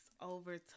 over